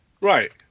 Right